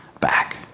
back